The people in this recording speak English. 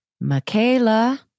Michaela